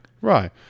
Right